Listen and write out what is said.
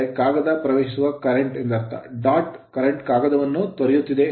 ಎಂದರೆ ಕಾಗದ ಪ್ರವೇಶಿಸುವ current ಕರೆಂಟ್ ಎಂದರ್ಥ current ಕರೆಂಟ್ ಕಾಗದವನ್ನು ತೊರೆಯುತ್ತಿದೆ